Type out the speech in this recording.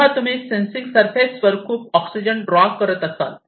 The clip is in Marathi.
तेव्हा तुम्ही सेन्सिंग सरफेसवर खूप ऑक्सिजन ड्रॉ करत असाल